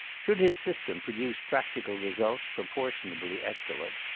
should his system produce practical results proportionably excellent,